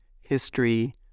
history